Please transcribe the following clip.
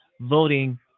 voting